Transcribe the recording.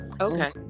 Okay